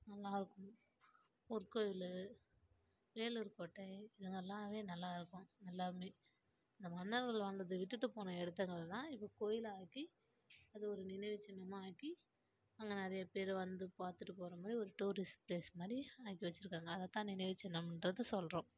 நல்லாயிருக்கும் பொற்கோயில் வேலூர்கோட்டை இதுங்களாவே நல்லாயிருக்கும் எல்லாமும் இந்த மன்னர்கள் வாழ்ந்ததை விட்டுவிட்டு போன இடத்துங்கள தான் இப்போ கோயிலாக்கி அது ஒரு நினைவுச் சின்னமாக ஆக்கி அங்கே நிறைய பேர் வந்து பார்த்துட்டு போகிற மாதிரி ஒரு டூரிஸ்ட் ப்ளேஸ் மாதிரி ஆக்கி வைச்சிருக்காங்க அதை தான் நினைவுச் சின்னம்ன்றது சொல்கிறோம்